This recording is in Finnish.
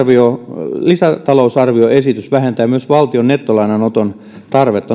lisätalousarvioesitys vähentää myös valtion nettolainanoton tarvetta